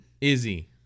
Izzy